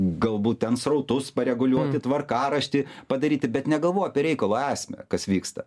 galbūt ten srautus pareguliuoti tvarkaraštį padaryti bet negalvoja apie reikalo esmę kas vyksta